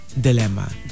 dilemma